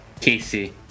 Casey